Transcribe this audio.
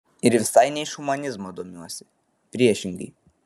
ir visai ne iš humanizmo domiuosi priešingai